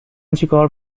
چیکار